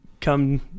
come